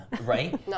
right